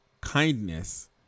kindness